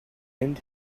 end